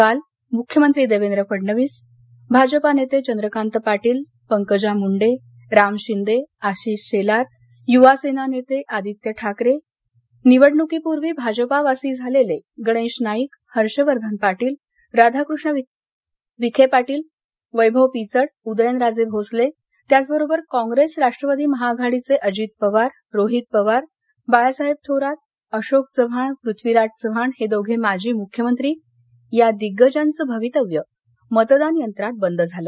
काल मुख्यमंत्री देवेंद्र फडणवीस भाजपा नेते चंद्रकांत पाटील पंकजा मुंडे राम शिंदे आशिष शेलार युवसेना नेते आदित्य ठाकरे निवडणुकीपूर्वी भाजपावासी झालेले गणेश नाईक हर्षवर्धन पाटील राधाकृष्ण विखे पाटील वैभव पिचड उदयनराजे भोसले त्याचबरोबर काँप्रेस राष्ट्रवादी महाअघाडीचे अजित पवार रोहित पवार बाळासाहेब थोरात अशोक चव्हाण पृथ्वीराज चव्हाण हे दोघे माजी मुख्यमंत्री या दिग्गजांचं भवितव्य मतदान यंत्रात बंद झालं